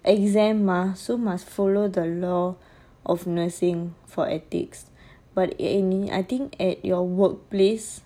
exam mah so must follow the law of nursing for ethics but any~ I think at your work place